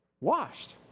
Washed